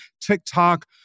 TikTok